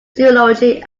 zoology